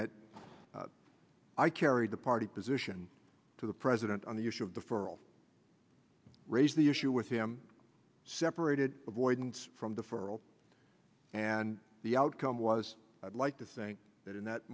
that i carried the party position to the president on the issue of the for all raise the issue with him separated avoidance from the federal and the outcome was i'd like to think that in that